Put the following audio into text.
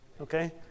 okay